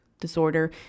disorder